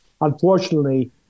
Unfortunately